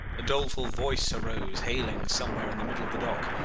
a doleful voice arose hailing somewhere in the middle of the dock,